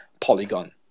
Polygon